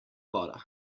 voda